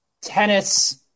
tennis